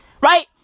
Right